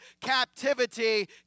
captivity